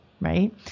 right